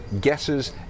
guesses